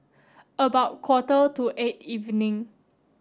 about quarter to eight evening